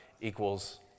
equals